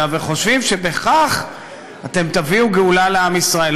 וחושבים שבכך אתם תביאו גאולה לעם ישראל,